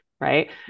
right